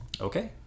okay